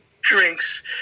drinks